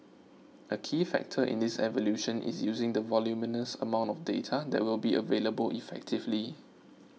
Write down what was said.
a key factor in this evolution is using the voluminous amount of data that will be available effectively